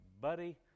Buddy